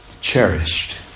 cherished